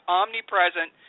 omnipresent